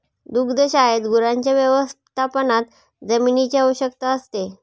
दुग्धशाळेत गुरांच्या व्यवस्थापनात जमिनीची आवश्यकता असते